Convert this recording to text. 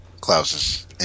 Klaus's